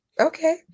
Okay